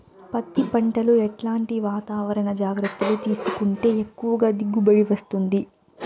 పత్తి పంట లో ఎట్లాంటి వాతావరణ జాగ్రత్తలు తీసుకుంటే ఎక్కువగా దిగుబడి వస్తుంది?